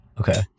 Okay